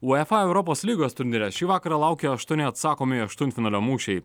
uefa europos lygos turnyre šį vakarą laukia aštuoni atsakomieji aštuntfinalio mūšiai